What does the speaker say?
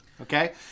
okay